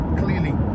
clearly